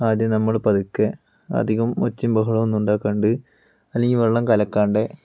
ആദ്യം നമ്മൾ പതുക്കെ അധികം ഒച്ചയും ബഹളവും ഒന്നും ഉണ്ടാക്കാണ്ട് അല്ലെങ്കിൽ വെള്ളം കലക്കാണ്ട്